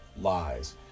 lies